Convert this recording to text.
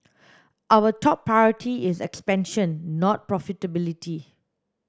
our top priority is expansion not profitability